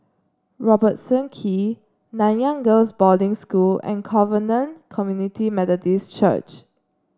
Robertson Quay Nanyang Girls' Boarding School and Covenant Community Methodist Church